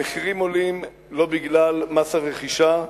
המחירים עולים לא בגלל מס הרכישה,